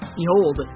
behold